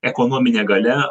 ekonominė galia